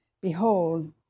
Behold